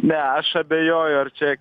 ne aš abejoju ar čia